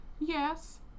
Yes